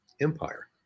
empire